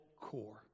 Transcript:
core